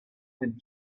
did